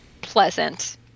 pleasant